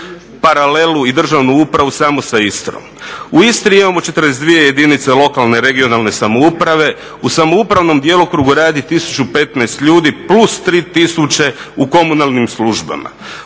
paralelu i državnu upravu samo sa Istrom. U Istri imamo 42 jedinice lokalne i regionalne samouprave. U samoupravnom djelokrugu radi 1015 ljudi plus 3000 u komunalnim službama.